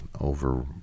over